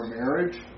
marriage